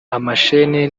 amasheni